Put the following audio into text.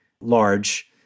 large